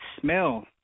smell